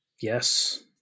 yes